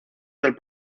del